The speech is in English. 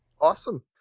Awesome